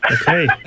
Okay